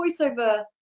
voiceover